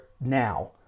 now